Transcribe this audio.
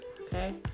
okay